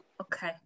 okay